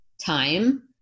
Time